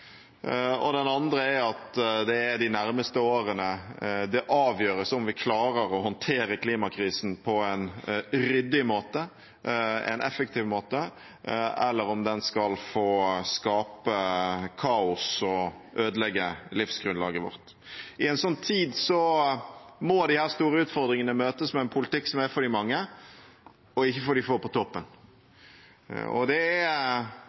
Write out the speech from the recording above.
at den økonomiske nedturen knyttet til pandemien treffer oss på et tidspunkt der ulikheten i makt og rikdom allerede har økt i landet vårt i mange år. Det andre er at det er de nærmeste årene det avgjøres om vi klarer å håndtere klimakrisen på en ryddig måte, en effektiv måte, eller om den skal få skape kaos og ødelegge livsgrunnlaget vårt. I en slik tid må disse store utfordringene møtes med en politikk som